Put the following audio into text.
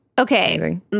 Okay